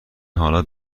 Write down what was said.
حالا